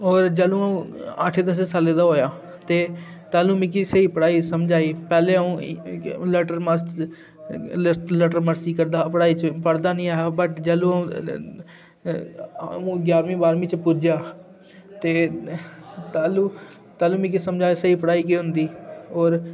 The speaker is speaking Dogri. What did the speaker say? और जैह्लूं अ'ऊं अट्ठे दस्सें सालें दा होएआ ते तैह्लूं मिकी स्हेई पढ़ाई समझ आई पैह्लें अ'ऊं लट्टरमस्ती लट लटरमस्ती करदा हा पढ़ाई च पढ़दा निं ऐहा बट जैह्लूं अ'ऊं ञारमीं बाह्रमीं च पुज्जेआ ते तैह्लूं तैह्लूं मिकी समझ आई स्हेई पढ़ाई केह् होंदी और